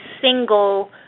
single